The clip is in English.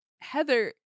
Heather